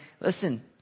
listen